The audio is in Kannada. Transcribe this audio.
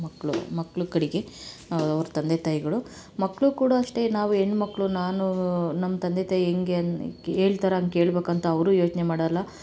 ಮಕ್ಕಳು ಮಕ್ಕಳು ಕಡೆಗೆ ಅವ್ರ ತಂದೆ ತಾಯಿಗಳು ಮಕ್ಕಳೂ ಕೂಡ ಅಷ್ಟೇ ನಾವು ಹೆಣ್ಮಕ್ಳು ನಾನು ನಮ್ಮ ತಂದೆ ತಾಯಿ ಹೆಂಗೆ ಹೇಳ್ತಾರ್ ಹಂಗ್ ಕೇಳ್ಬೇಕ್ ಅಂತ ಅವರೂ ಯೋಚನೆ ಮಾಡೋಲ್ಲ